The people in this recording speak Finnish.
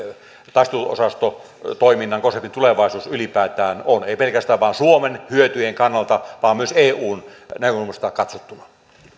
taisteluosastotoiminnan konseptin tulevaisuus ylipäätään on ei pelkästään suomen hyötyjen kannalta vaan myös eun näkökulmasta katsottuna